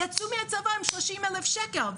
יצאו מהצבא עם 30,000 שקלים.